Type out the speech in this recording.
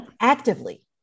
actively